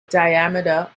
diameter